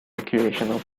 recreational